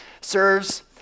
serves